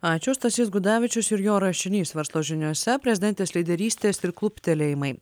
ačiū stasys gudavičius ir jo rašinys verslo žiniose prezidentės lyderystės ir kluptelėjimai